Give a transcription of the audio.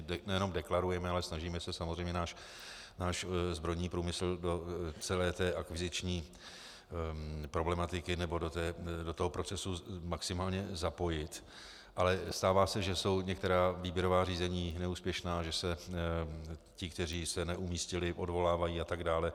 My nejen deklarujeme, ale snažíme se samozřejmě náš zbrojní průmyslu do celé akviziční problematiky nebo do toho procesu maximálně zapojit, ale stává se, že jsou některá výběrová řízení neúspěšná, že se ti, kteří se neumístili, odvolávají atd.